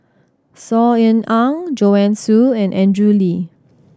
Saw Ean Ang Joanne Soo and Andrew Lee